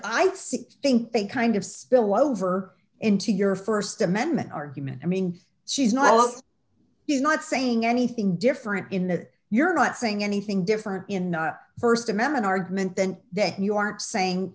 six think they kind of spill over into your st amendment argument i mean she's not alone is not saying anything different in that you're not saying anything different in the st amendment argument than that you aren't saying